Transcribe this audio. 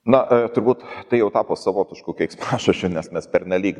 na turbūt tai jau tapo savotišku keiksmažodžiu nes mes pernelyg